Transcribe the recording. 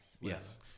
Yes